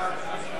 שם